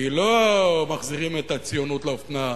כי לא מחזירים את הציונות לאופנה,